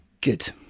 Good